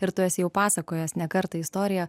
ir tu esi jau pasakojęs ne kartą istoriją